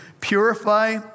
Purify